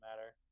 matter